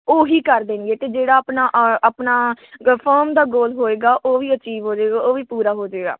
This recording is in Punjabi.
ਉਹ ਹੀ ਕਰ ਦੇਣਗੇ ਅਤੇ ਜਿਹੜਾ ਆਪਣਾ ਆਪਣਾ ਗ ਫਰਮ ਦਾ ਗੋਲ ਹੋਏਗਾ ਉਹ ਵੀ ਅਚੀਵ ਹੋ ਜੇਗਾ ਉਹ ਵੀ ਪੂਰਾ ਹੋ ਜੇਗਾ